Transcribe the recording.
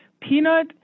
peanut